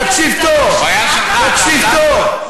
תקשיב טוב, תקשיב טוב.